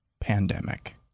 pandemic